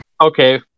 Okay